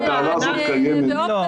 והתעלה הזו קיימת,